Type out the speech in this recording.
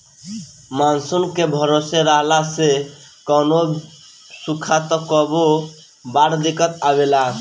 monsoon के भरोसे रहला से कभो सुखा त कभो बाढ़ से दिक्कत आवेला